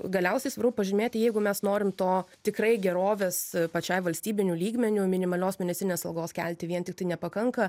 galiausiai svaru pažymėti jeigu mes norim to tikrai gerovės pačiai valstybiniu lygmeniu minimalios mėnesinės algos kelti vien tiktai nepakanka